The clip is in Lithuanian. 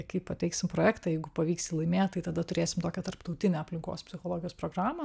kaip pateiksim projektą jeigu pavyks jį laimė tai tada turėsim tokią tarptautinę aplinkos psichologijos programą